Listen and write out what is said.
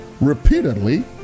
repeatedly